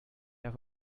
have